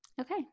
Okay